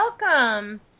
welcome